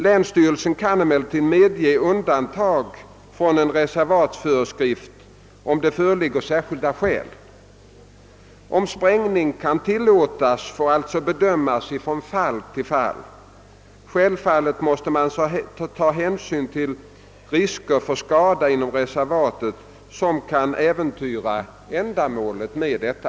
Länsstyrelsen kan emellertid medge undantag från en reservatföreskrift om det föreligger särskilda skäl. Om sprängning kan tillåtas får alltså bedömas från fall till fall. Självfallet måste man ta hänsyn till risker för skada inom reservatet, som kan äventyra ändamålet med detta.